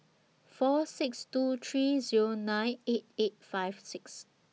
four six two three Zero nine eight eight five six